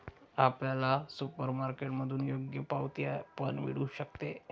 आपल्याला सुपरमार्केटमधून योग्य पावती पण मिळू शकते